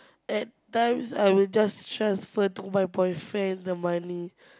at times I would just transfer to my boyfriend the money